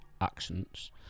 accents